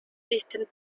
distant